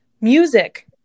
music